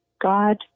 God